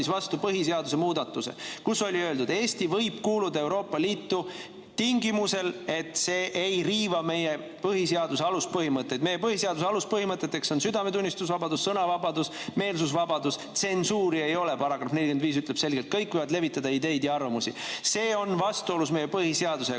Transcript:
vastu põhiseaduse muudatuse, kus on öeldud, et Eesti võib kuuluda Euroopa Liitu tingimusel, et see ei riiva meie põhiseaduse aluspõhimõtteid. Meie põhiseaduse aluspõhimõtted on südametunnistuse vabadus, sõnavabadus, meelsusvabadus, tsensuuri ei ole –§ 45 ütleb selgelt, et kõik võivad levitada ideid ja arvamusi. See on vastuolus meie põhiseadusega,